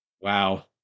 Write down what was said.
Wow